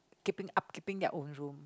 keeping up keeping their own room